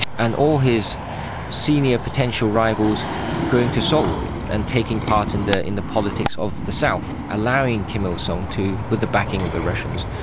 and all his senior potential rivals going to seoul, and taking part in the in the politics of the south, allowing kim il-sung, with the backing of the russians,